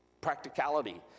practicality